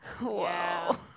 Wow